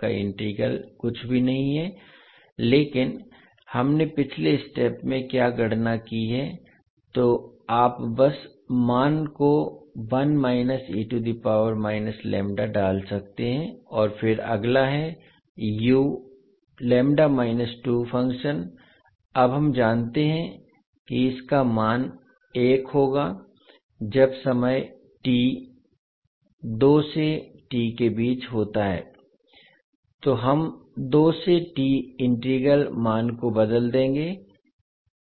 का इंटीग्रल कुछ भी नहीं है लेकिन हमने पिछले स्टेप में क्या गणना की है तो आप बस मान को डाल सकते हैं और फिर अगला है फ़ंक्शन अब हम जानते हैं कि इसका मान एक होगा जब समय t दो से t के बीच होता है तो हम दो से t इंटीग्रल मान को बदल देंगे